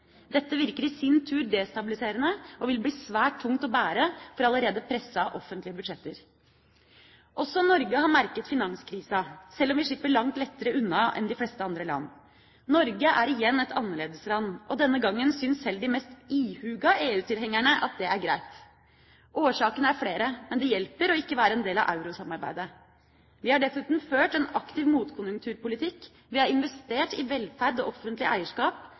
Dette virker i sin tur destabiliserende og vil bli svært tungt å bære for allerede pressede offentlige budsjetter. Også Norge har merket finanskrisa, sjøl om vi slipper langt lettere unna enn de fleste andre land. Norge er igjen et annerledesland, og denne gangen syns sjøl de mest ihuga EU-tilhengerne at det er greit. Årsakene er flere, men det hjelper ikke å være en del av eurosamarbeidet. Vi har dessuten ført en aktiv motkonjunkturpolitikk. Vi har investert i velferd og offentlig eierskap.